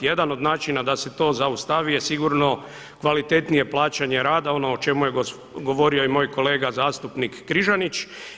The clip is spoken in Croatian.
Jedan od načina da se to zaustavi je sigurno kvalitetnije plaćanje rada, ono o čemu je govorio i moj kolega zastupnik Križanić.